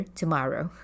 tomorrow